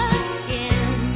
again